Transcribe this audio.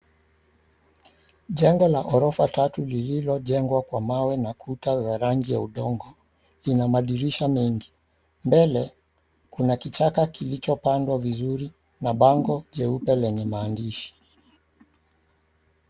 Jengo la ghorofa tatu lililojengwa kwa mawe na kuta za rangi ya udongo, lina madirisha mengi. Mbele kuna kichaka kilichopandwa vizuri na bango jeupe lenye maandishi.